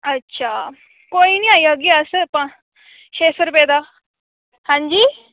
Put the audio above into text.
अच्छा कोई ना आई जाह्गे प अस छे सौ रपेऽ दा हां जी